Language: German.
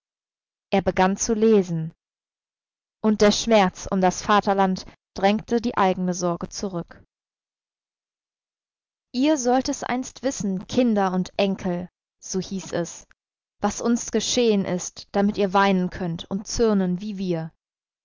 er begann zu lesen und der schmerz um das vaterland drängte die eigene sorge zurück ihr sollt es einst wissen kinder und enkel so hieß es was uns geschehen ist damit ihr weinen könnt und zürnen wie wir